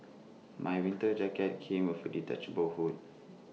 my winter jacket came with A detachable hood